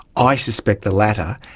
i suspect the latter.